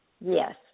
Yes